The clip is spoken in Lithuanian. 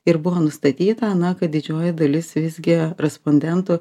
ir buvo nustatyta kad didžioji dalis visgi respondentų